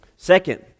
Second